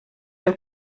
del